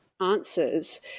answers